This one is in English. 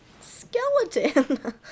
skeleton